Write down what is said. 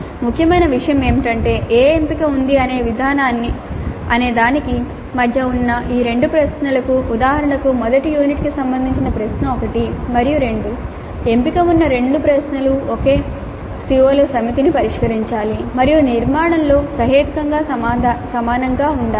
ముఖ్యమైన విషయం ఏమిటంటే ఏ ఎంపిక ఉంది అనేదానికి మధ్య ఉన్న రెండు ప్రశ్నలు ఉదాహరణకు మొదటి యూనిట్కు సంబంధించిన ప్రశ్న 1 మరియు 2 ఎంపిక ఉన్న రెండు ప్రశ్నలు ఒకే CO ల సమితిని పరిష్కరించాలి మరియు నిర్మాణంలో సహేతుకంగా సమానంగా ఉండాలి